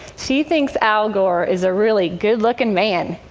she thinks al gore is a really good-looking man.